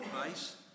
advice